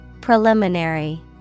Preliminary